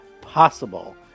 possible